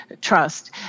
trust